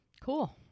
Cool